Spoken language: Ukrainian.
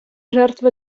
жертва